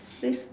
this